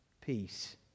peace